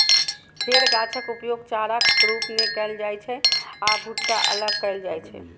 फेर गाछक उपयोग चाराक रूप मे कैल जाइ छै आ भुट्टा अलग कैल जाइ छै